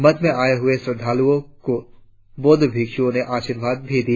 मठ में आए हुए श्रद्धांलुओं को बौद्ध भिक्षुओं ने आशीर्वाद भी दिया